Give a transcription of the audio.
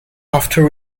after